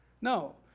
No